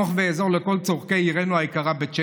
אתמוך ואעזור בכל צורכי עירנו היקרה בית שמש,